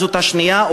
זאת הפעם השנייה,